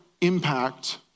impact